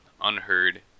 unheard